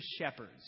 shepherds